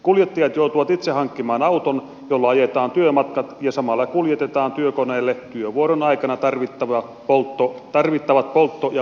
kuljettajat joutuvat itse hankkimaan auton jolla ajetaan työmatkat ja samalla kuljetetaan työkoneille työvuoron aikana tarvittavat poltto ja voiteluaineet